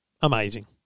amazing